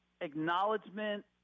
acknowledgement